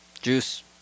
juice